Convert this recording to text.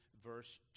Verse